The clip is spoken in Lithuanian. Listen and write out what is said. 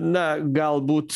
na galbūt